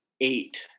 eight